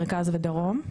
מרכז ודרום.